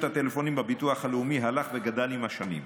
הטלפוניים בביטוח הלאומי הלך וגדל עם השנים.